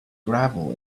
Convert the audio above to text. gravel